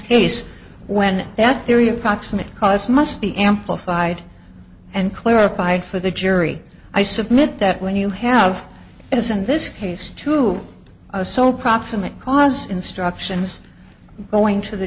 case when that theory of proximate cause must be amplified and clarified for the jury i submit that when you have as in this case to a so proximate cause instructions going to the